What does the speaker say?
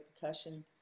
percussion